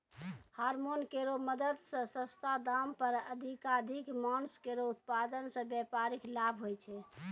hormone केरो मदद सें सस्ता दाम पर अधिकाधिक मांस केरो उत्पादन सें व्यापारिक लाभ होय छै